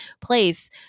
place